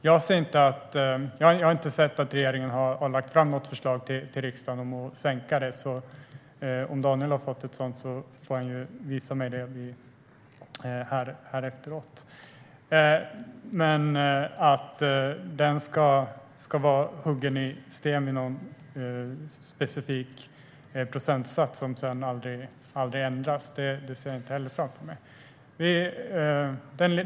Jag har inte sett att regeringen har lagt fram något förslag till riksdagen om att sänka den, men om Daniel har fått något sådant får han visa mig det efteråt. Att bolagsskatten ska vara huggen i sten i någon specifik procentsats som sedan aldrig ändras ser jag inte framför mig.